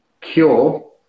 cure